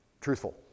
truthful